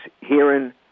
hearing